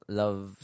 love